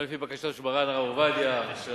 גם יש לי בקשה של מרן הרב עובדיה, של